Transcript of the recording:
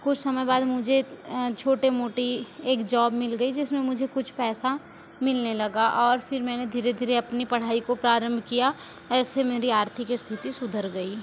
कुछ समय बाद मुझे छोटे मोटी एक जॉब मिल गई जिसमें मुझे कुछ पैसा मिलने लगा और फिर मैंने धीरे धीरे अपनी पढ़ाई को प्रारंभ किया ऐसे मेरी आर्थिक स्थिति सुधर गई